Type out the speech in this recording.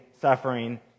suffering